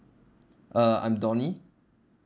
uh I am donny